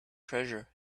treasure